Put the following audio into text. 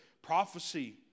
prophecy